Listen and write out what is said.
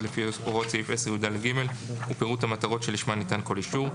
לפי הוראות סעיף 10יד(ג) ופירוט המטרות שלשמן ניתן כל אישור.